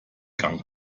gang